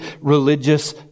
religious